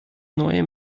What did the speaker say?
neue